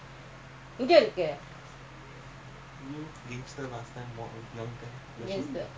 ah you follow me not follow your father ah